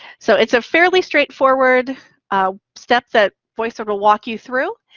so it's a fairly straight forward step that voicethread will walk you through,